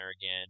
again